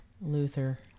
Luther